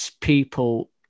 people